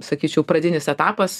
sakyčiau pradinis etapas